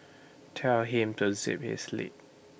tell him to zip his lip